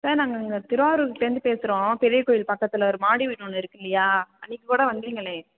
sir நாங்கள் இங்கே திருவாரூர்கிட்டேயிருந்து பேசுகிறோம் பெரிய கோயில் பக்கத்தில் ஒரு மாடி வீடு ஒன்று இருக்குதுல்லையா அன்றைக்கு கூட வந்தீங்களே